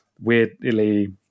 weirdly